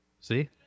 See